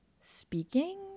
speaking